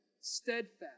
steadfast